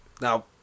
Now